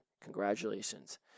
Congratulations